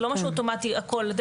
זה לא משהו אוטומטי הכל.